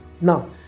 Now